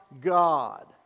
God